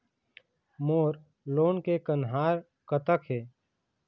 मोर loan के कन्हार कतक हे?